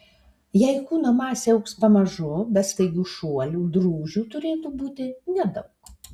jei kūno masė augs pamažu be staigių šuolių drūžių turėtų būti nedaug